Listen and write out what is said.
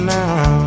now